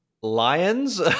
Lions